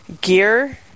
gear